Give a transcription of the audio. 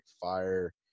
fire